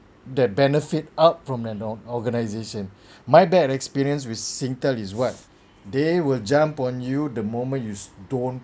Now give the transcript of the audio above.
that benefit up from an organization my bad experience with singtel is what they will jump on you the moment you don't